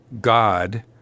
God